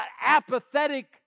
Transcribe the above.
apathetic